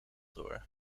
door